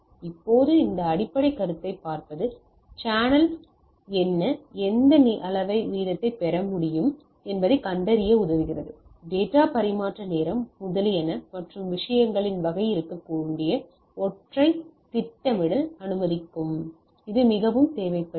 இப்போது இந்த அடிப்படைக் கருத்தை பார்ப்பது சேனல் திறன் என்ன எந்த அளவு வீதத்தை பெற முடியும் என்பதைக் கண்டறிய உதவுகிறது இது டேட்டா பரிமாற்ற நேரம் முதலியன மற்றும் விஷயங்களின் வகையாக இருக்க வேண்டிய ஒன்றைத் திட்டமிடல் அனுமதிக்கும் இது மிகவும் தேவைப்படுகிறது